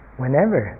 whenever